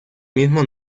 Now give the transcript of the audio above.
mismo